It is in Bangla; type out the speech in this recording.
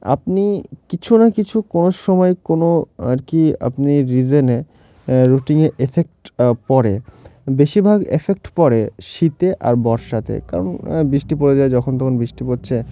আপনি কিছু না কিছু কোনো সময় কোনো আর কি আপনি রিজেনে রুটিনে এফেক্ট পড়ে বেশিরভাগ এফেক্ট পড়ে শীতে আর বর্ষাতে কারণ বৃষ্টি পড়ে যায় যখন তখন বৃষ্টি পড়ছে